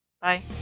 Bye